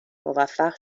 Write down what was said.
موفق